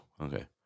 okay